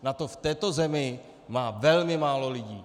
Na to v této zemi má velmi málo lidí!